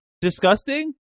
Disgusting